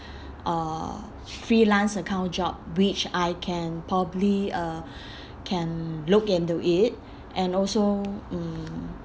uh freelance account job which I can probably uh can look into it and also mm